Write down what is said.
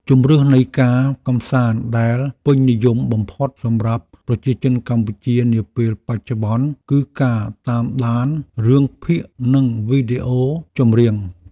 ជម្រើសនៃការកម្សាន្តដែលពេញនិយមបំផុតសម្រាប់ប្រជាជនកម្ពុជានាពេលបច្ចុប្បន្នគឺការតាមដានរឿងភាគ និងវីដេអូចម្រៀង។